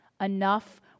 enough